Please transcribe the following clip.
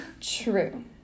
True